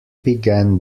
began